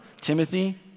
Timothy